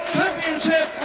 Championship